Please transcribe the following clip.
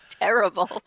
terrible